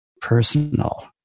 personal